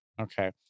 Okay